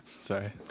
Sorry